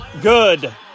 good